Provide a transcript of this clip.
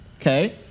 okay